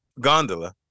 gondola